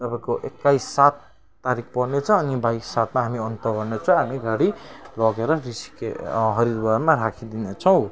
तपाईँको एक्काइस सात तारिख पर्नेछ अनि बाइस सातमा हामी अन्त गर्नेछौँ हामी गाडी लगेर ऋषिके हरिद्वारमा राखिदिने छौँ